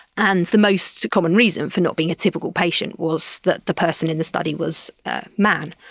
and the most common reason for not being a typical patient was that the person in the study was a man.